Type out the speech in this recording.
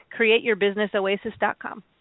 createyourbusinessoasis.com